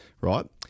right